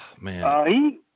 Man